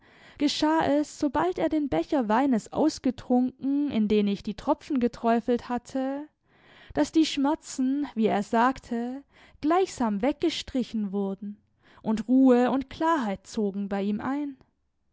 geschah es sobald er den becher weines ausgetrunken in den ich die tropfen geträufelt hatte daß die schmerzen wie er sagte gleichsam weggestrichen wurden und ruhe und klarheit zogen bei ihm ein